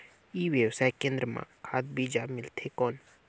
ई व्यवसाय केंद्र मां खाद बीजा मिलथे कौन?